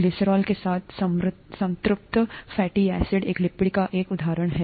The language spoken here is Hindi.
ग्लिसरॉल के साथ संतृप्त फैटी एसिड एक लिपिड का एक उदाहरण है